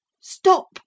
Stop